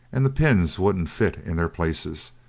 and the pins wouldn't fit in their places,